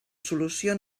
solució